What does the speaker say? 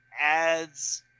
adds